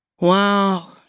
Wow